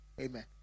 amen